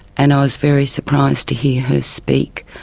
and i was very surprised to hear her speak.